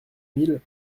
mille